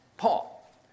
Paul